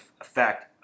effect